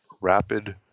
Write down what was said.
rapid